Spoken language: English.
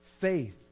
faith